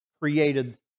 Created